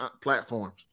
platforms